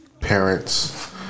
parents